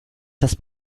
das